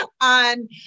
on